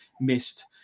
missed